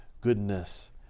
goodness